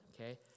okay